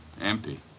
Empty